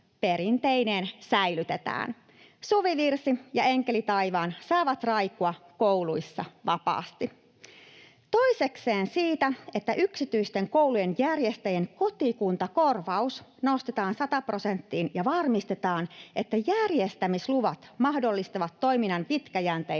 perinteineen säilytetään. ”Suvivirsi” ja ”Enkeli taivaan” saavat raikua kouluissa vapaasti. Toisekseen siitä, että yksityisten koulujen järjestäjien kotikuntakorvaus nostetaan 100 prosenttiin ja varmistetaan, että järjestämisluvat mahdollistavat toiminnan pitkäjänteisen